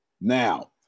Now